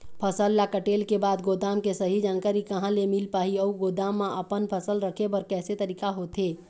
फसल ला कटेल के बाद गोदाम के सही जानकारी कहा ले मील पाही अउ गोदाम मा अपन फसल रखे बर कैसे तरीका होथे?